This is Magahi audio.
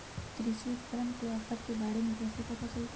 कृषि उपकरण के ऑफर के बारे में कैसे पता चलतय?